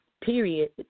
period